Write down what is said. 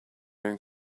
going